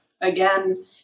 again